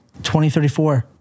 2034